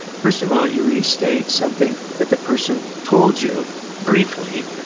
first of all, you restate something that the person told you briefly.